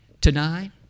Tonight